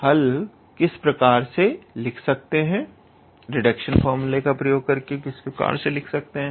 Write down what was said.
तो हम हल किस प्रकार से लिख सकते हैं